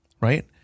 right